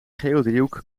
geodriehoek